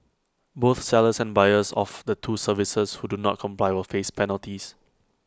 both sellers and buyers of the two services who do not comply will face penalties